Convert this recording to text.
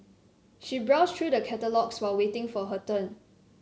she browsed through the catalogues while waiting for her turn